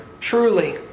truly